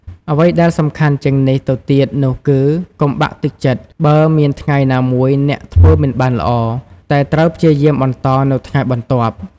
អ្វីដែលសំខាន់ជាងនេះទៅទៀតនោះគឺ កុំបាក់ទឹកចិត្ត បើមានថ្ងៃណាមួយអ្នកធ្វើមិនបានល្អ តែត្រូវព្យាយាមបន្តនៅថ្ងៃបន្ទាប់។